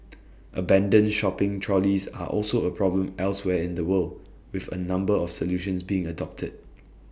abandoned shopping trolleys are also A problem elsewhere in the world with A number of solutions being adopted